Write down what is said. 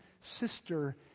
sister